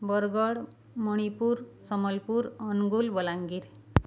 Bargarh Manipur Sambalpur Angul Balangir